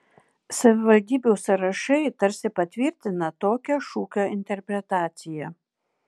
savivaldybių sąrašai tarsi ir patvirtina tokią šūkio interpretaciją